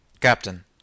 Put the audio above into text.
Captain